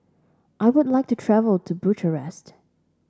I would like to travel to Bucharest